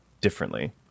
differently